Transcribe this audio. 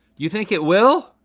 you think it will,